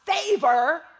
favor